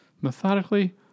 Methodically